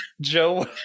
Joe